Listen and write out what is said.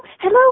hello